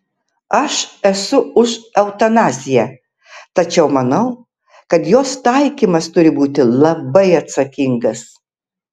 aš esu už eutanaziją tačiau manau kad jos taikymas turi būti labai atsakingas